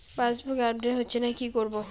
Passbook update হচ্ছেনা কি করবো?